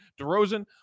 DeRozan